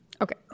okay